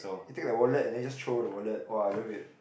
you take the wallet and then you just throw the wallet [wah] love it